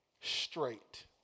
straight